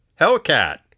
Hellcat